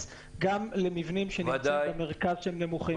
גם למבנים שנמצאים במרכז שהם נמוכים.